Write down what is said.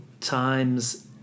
times